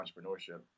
entrepreneurship